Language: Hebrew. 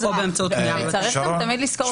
עבירות קנס או באמצעות פנייה לבית המשפט.